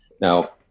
now